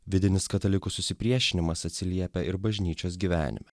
vidinis katalikų susipriešinimas atsiliepia ir bažnyčios gyvenime